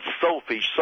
selfish